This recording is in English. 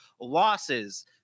losses